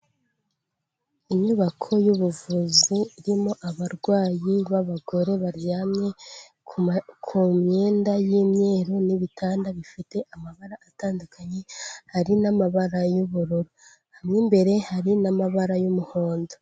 Inyubako y'ubuvuzi irimo abarwayi b'abagore baryamye ku myenda y'imyeru n'ibitanda bifite amabara atandukanye, hari n'amabara y'ubururu, mo imbere hari n'amabara y'umuhondo.